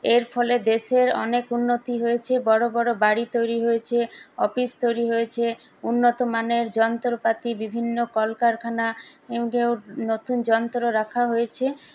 এর ফলে দেশের অনেক উন্নতি হয়েছে বড়ো বড়ো বাড়ি তৈরি হয়েছে অফিস তৈরি হয়েছে উন্নত মানের যন্ত্রপাতি বিভিন্ন কলকারখানা নতুন যন্ত্র রাখা হয়েছে